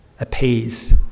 appease